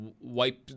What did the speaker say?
wipe